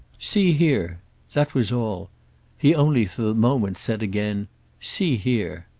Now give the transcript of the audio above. see here that was all he only for the moment said again see here.